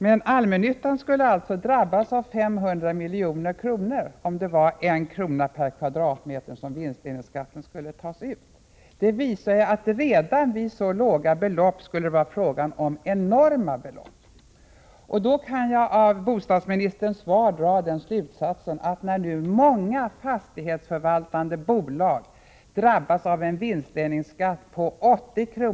Men allmännyttan skulle drabbas av en kostnad på 500 milj.kr. om en vinstdelningsskatt på 1 kr. per kvadratmeter skulle tas ut. Det visar att det redan vid en så låg skatt skulle vara fråga om enormt stora belopp. Av bostadsministerns svar kan jag dra slutsatsen, att när nu många fastighetsförvaltande bolag, trots att de visar nollresultat, drabbas av en vinstdelningsskatt på 80 kr.